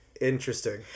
Interesting